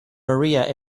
maria